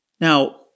Now